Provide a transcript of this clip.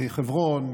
מחברון,